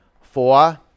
four